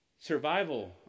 Survival